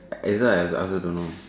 that's why I also don't know